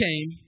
came